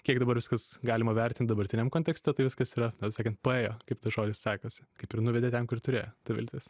kiek dabar viskas galima vertinti dabartiniam kontekste tai viskas yra na taip sakant praėjo kaip tas žodis sakosi kaip ir nuvedė ten kur turėjo ta viltis